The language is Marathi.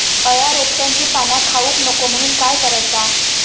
अळ्या रोपट्यांची पाना खाऊक नको म्हणून काय करायचा?